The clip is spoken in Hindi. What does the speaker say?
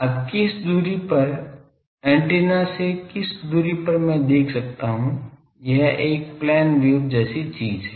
अब किस दूरी पर ऐन्टेना से किस दूरी पर मैं देख सकता हूं यह एक प्लेन वेव जैसी चीज है